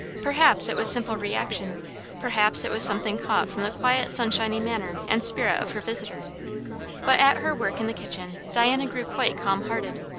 perhaps it was simple reaction perhaps it was something caught from the quiet sunshiny manner and spirit of her visitor but at her work in the kitchen diana grew quite calm-hearted.